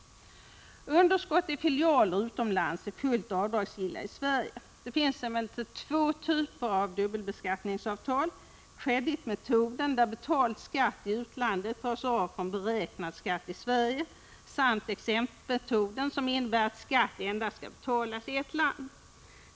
Underskott i filialer utomlands är fullt avdragsgilla i Sverige. Det finns emellertid två typer av dubbelbeskattningsavtal — creditmetoden, där betald skatt i utlandet dras av från beräknad skatt i Sverige, samt exemptmetoden, som innebär att skatt skall betalas endast i ett land.